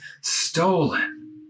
stolen